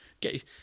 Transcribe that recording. Get